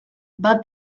bat